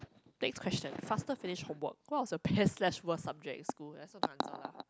next question faster finish homework what was your best slash worst subject in school I also answer lah